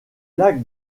lac